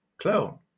clone